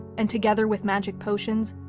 and together with magic potions,